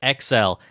XL